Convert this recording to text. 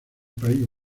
país